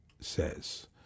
says